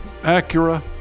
Acura